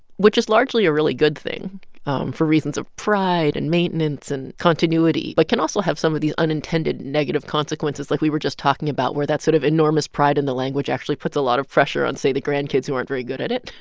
which is largely a really good thing for reasons of pride and maintenance and continuity but can also have some of the unintended negative consequences like we were just talking about, where that sort of enormous pride in the language actually puts a lot of pressure on, say, the grandkids who aren't very good at it.